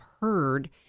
heard